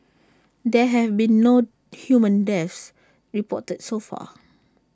there have been no human deaths reported so far